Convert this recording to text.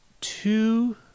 two